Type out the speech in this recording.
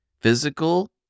Physical